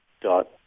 dot